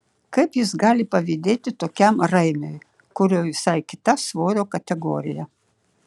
kaip jis gali pavydėti tokiam raimiui kurio visai kita svorio kategorija